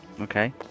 Okay